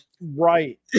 Right